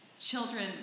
children